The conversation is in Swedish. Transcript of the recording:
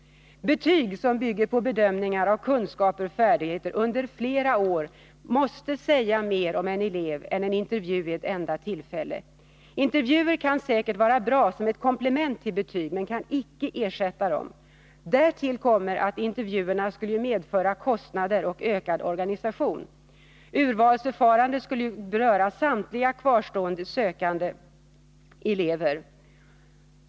Betyg som bygger på bedömningar av kunskaper och färdigheter under flera år måste säga mer om en elev än en intervju vid ett enda tillfälle. Intervjuer kan säkert vara bra som ett komplement till betyg men kan icke ersätta dem. Därtill kommer att intervjuerna skulle medföra kostnader och ökad organisation. Urvalsförfarandet skulle ju beröra samtliga kvarstående sökande elever.